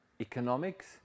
economics